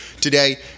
today